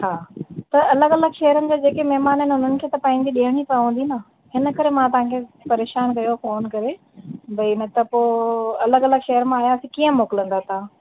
हा त अलॻि अलॻि शहरनि में जेके महिमान आहिनि उन्हनि खे थी पंहिंजी ॾेयणी पवंदी न हिन करे मां तव्हांखे परेशानु कयो फ़ोन करे भई मतिलब पोइ अलॻि अलॻि शहर मां आयसि कीअं मोकिलिंदा तव्हां